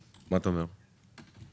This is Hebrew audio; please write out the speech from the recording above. מה אתה אומר על זה?